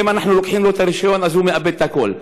ואם אנחנו לוקחים לו את הרישיון אז הוא מאבד את הכול.